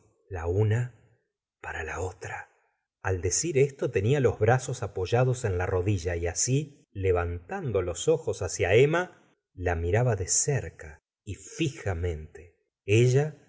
la una para la otra al decir esto tenía los brazos apoyados en la rodilla y así levantando los ojos hacia emma la miraba de cerca y fijamente ella